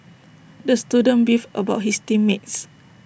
the student beefed about his team mates